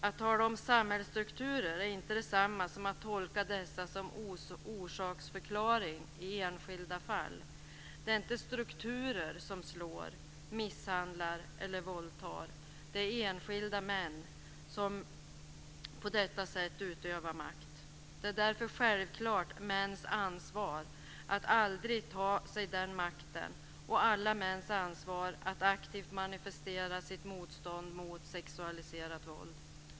Att tala om samhällsstrukturer är inte detsamma som att tolka dessa som orsaksförklaring i enskilda fall. Det är inte strukturer som slår, misshandlar eller våldtar. Det är enskilda män som på detta sätt utövar makt. Det är därför mäns självklara ansvar att aldrig ta sig den makten och alla mäns ansvar att aktivt manifestera sitt motstånd mot sexualiserat våld.